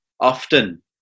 often